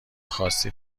خواستی